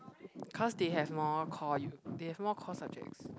cause they have more core U they have more core subjects